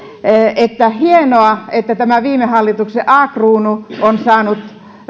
että hienoa että tämä viime hallituksen a kruunu ja sen työ on saanut